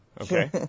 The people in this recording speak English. Okay